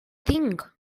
tinc